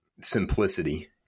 simplicity